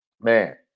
man